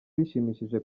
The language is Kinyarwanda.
bishimishije